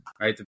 right